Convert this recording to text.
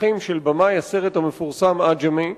אחים של במאי הסרט המפורסם "עג'מי".